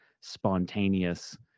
spontaneous